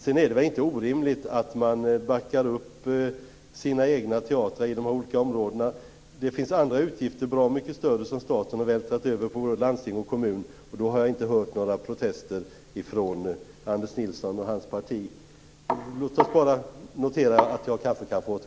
Sedan är det väl inte orimligt att man backar upp sina egna teatrar inom de olika områdena. Det finns andra utgifter, bra mycket större, som staten har vältrat över på både landsting och kommun. Då har jag inte hört några protester från Anders Nilsson och hans parti.